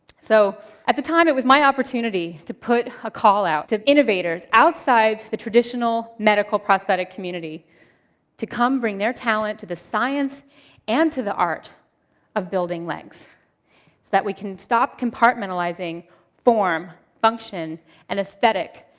so at the time, it was my opportunity to put a call out to innovators outside the traditional medical prosthetic community to come bring their talent to the science and to the art of building legs. so that we can stop compartmentalizing form, function and aesthetic,